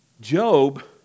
Job